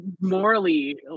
morally